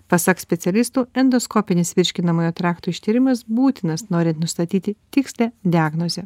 pasak specialistų endoskopinis virškinamojo trakto ištyrimas būtinas norint nustatyti tikslią diagnozę